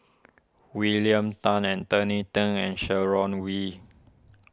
William Tan Anthony then and Sharon Wee